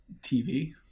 TV